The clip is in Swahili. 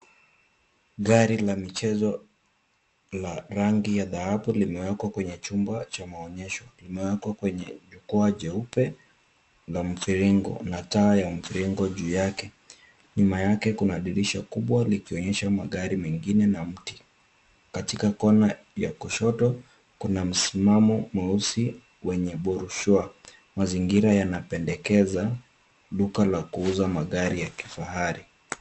Gari la michezo la rangi ya dhahabu limewekwa kwenye chumba cha maonyesho limewekwa kwenye jukwaa jeupe la mviringo na taa ya mviringo juu yake. Nyuma yake kuna dirisha kubwa likionyesha magari mengine na mti. Katika kona ya kushoto, kuna msimamo mweusi wenye borushua. Mazingira yanapendekeza, duka la kuuza magari ya kifahari.